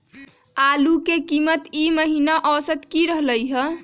आलू के कीमत ई महिना औसत की रहलई ह?